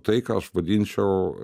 tai ką aš vadinčiau